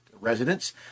residents